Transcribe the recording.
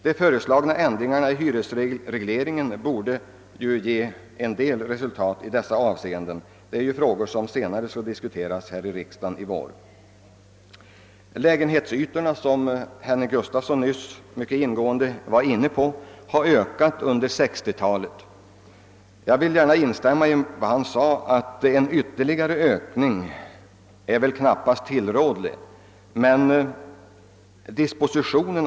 De föreslagna ändringarna i hyresregleringen borde ge en del resultat i dessa avseenden; detta är ju frågor som vi senare i vår skall diskutera här 1 riksdagen. Lägenhetsytorna — en fråga som herr Gustafsson i Skellefteå mycket ingående behandlade — har ökat under 1960-talet. Jag vill gärna instämma i herr Gustafssons uttalande, att en ytterligare ökning väl knappast är tillrådlig. Men dispositionen.